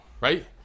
right